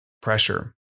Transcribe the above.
pressure